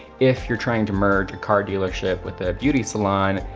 if you're trying to merge a car dealership with a beauty salon,